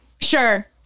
Sure